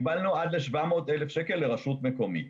הגבלנו עד ל-700,000 שקלים לרשות מקומית.